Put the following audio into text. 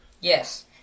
Yes